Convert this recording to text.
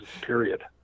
Period